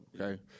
okay